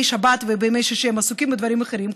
שבת ובימי שישי הם עסוקים בדברים אחרים,